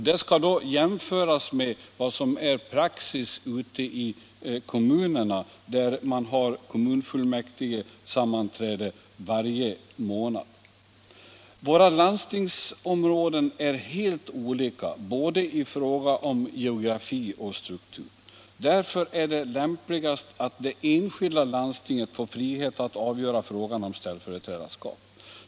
Detta bör då jämföras med vad som är praxis ute i kommunerna, där man oftast har kommunfullmäktigesammanträde varje måriad. Våra landstingsområden är helt olika, både i fråga om geografi och struktur. Därför är det lämpligast att det enskilda landstinget får frihet att avgöra frågan om ställföreträdarskap.